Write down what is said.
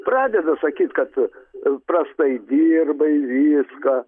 pradeda sakyt kad prastai dirbai viską